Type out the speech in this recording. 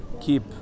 keep